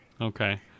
okay